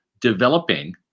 developing